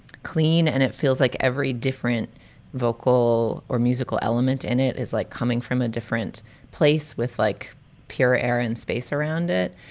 clean and it feels like every different vocal or musical element in it is like coming from a different place with like pure air and space around it.